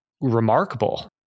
remarkable